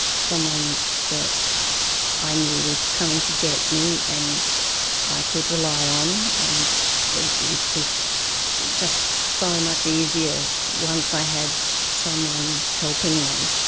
someone that i knew was coming to get me and i could rely on, and it. it was just so much easier once i had someone helping me.